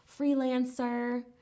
freelancer